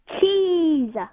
Cheese